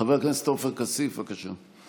חבר הכנסת עופר כסיף, בבקשה.